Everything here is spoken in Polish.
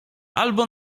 albo